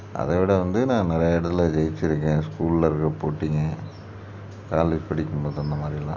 அதை விட வந்து நான் நிறையா இடத்துல ஜெயிச்சுருக்கேன் ஸ்கூலில் இருக்கிற போட்டிங்க காலேஜ் படிக்கும் போது அந்த மாதிரிலாம்